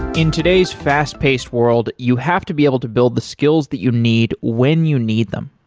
in today's fast-paced world, you have to be able to build the skills that you need when you need them.